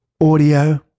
audio